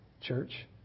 church